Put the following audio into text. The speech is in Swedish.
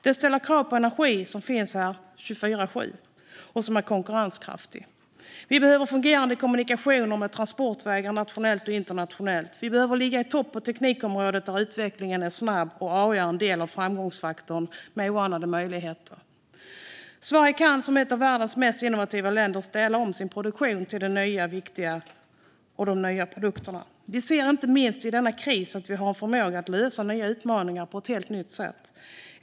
Det ställer krav på att energi finns tillgänglig 24:7 och är konkurrenskraftig, och vi behöver fungerande kommunikationer med transportvägar nationellt och internationellt. Vi behöver ligga i topp på teknikområdet, där utvecklingen är snabb och AI en del av framgångsfaktorn - med oanade möjligheter. Sverige kan som ett av världens mest innovativa länder ställa om sin produktion till de nya, viktiga produkterna. Vi ser inte minst i denna kris att vi har en förmåga att lösa nya utmaningar på ett helt nytt sätt.